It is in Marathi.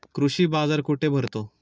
कृषी बाजार कुठे भरतो?